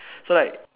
so like